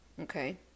Okay